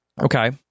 Okay